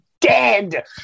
dead